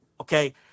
Okay